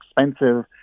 expensive